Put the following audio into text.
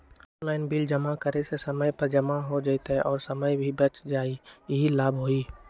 Online bill जमा करे से समय पर जमा हो जतई और समय भी बच जाहई यही लाभ होहई?